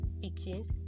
Fictions